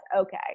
okay